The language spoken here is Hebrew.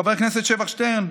חבר הכנסת שבח שטרן,